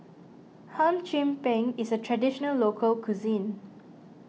Hum Chim Peng is a Traditional Local Cuisine